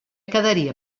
quedaria